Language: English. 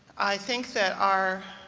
i think that our